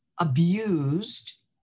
abused